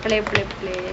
play play play